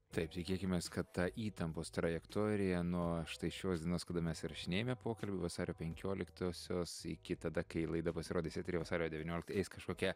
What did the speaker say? taip tikėkimės kad ta įtampos trajektorija nuo štai šios dienos kada mes įrašinėjame pokalbį vasario penkioliktosios iki tada kai laida pasirodys eteryje vasario devynioliktą eis kažkokia